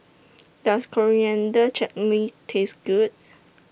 Does Coriander Chutney Taste Good